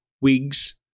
wigs